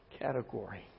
category